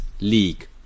League